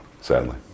sadly